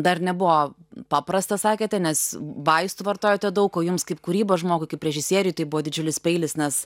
dar nebuvo paprasta sakėte nes vaistų vartojote daug o jums kaip kūrybos žmogui kaip režisieriui tai buvo didžiulis peilis nes